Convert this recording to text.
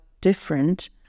different